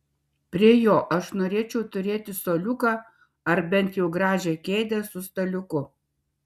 prie jo aš norėčiau turėti suoliuką ar bent jau gražią kėdę su staliuku